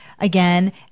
Again